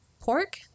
pork